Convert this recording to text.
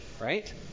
right